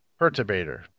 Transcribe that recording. perturbator